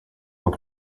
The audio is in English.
what